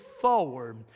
forward